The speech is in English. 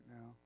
now